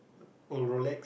oh Rolex